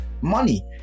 money